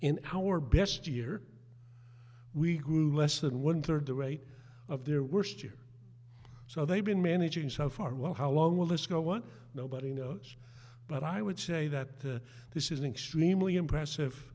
in our best year we grew less than one third the rate of their worst year so they've been managing so far well how long will this go on nobody knows but i would say that this is an extremely impressive